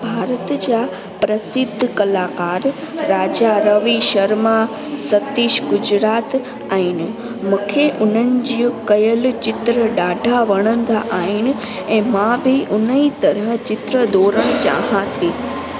भारत जा प्रसिद्ध कलाकार राजा रवि शर्मा सतीश गुजरात आहिनि मूंखे उन्हनि जूं कयल चित्र ॾाढा वणंदा आहिनि ऐं मां बि उन ई तरह चित्र दौरण चाहियां थी